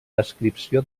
descripció